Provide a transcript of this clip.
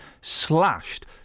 slashed